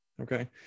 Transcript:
Okay